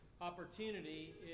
opportunity